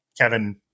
Kevin